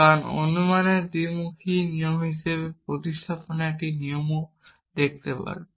আপনি অনুমানের দ্বিমুখী নিয়ম হিসাবে প্রতিস্থাপনের একটি নিয়মও দেখতে পারেন